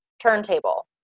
turntable